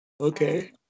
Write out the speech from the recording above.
Okay